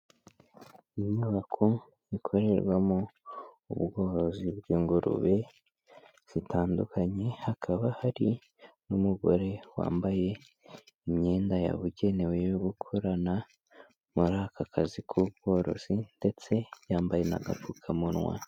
Inyubako ikorerwamo ubworozi bw'ingurube zitandukanye, hakaba hari n'umugore wambaye imyenda yabugenewe yo gukorana muri aka kazi k'ubworozi ndetse yambaye n'agapfukamunwa.